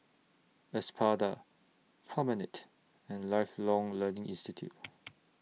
Espada Promenade and Lifelong Learning Institute